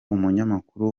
umunyamakuru